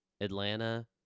Atlanta